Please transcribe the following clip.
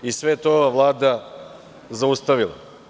Sve to je ova vlada zaustavila.